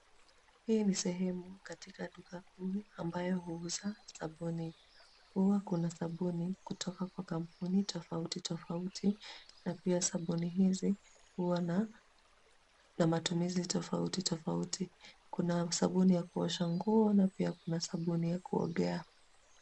Hii ni sehemu katika duka kuu ambayo huuza sabuni. Huwa kuna sabuni kutoka kwa kampuni tofauti tofauti na pia sabuni hizi, huwa na matumizi tofauti tofauti. Kuna sabuni ya kuosha nguo na pia kuna sabuni ya kuogea.